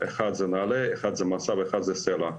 נעל"ה, מסע וסלע.